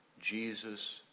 Jesus